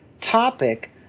topic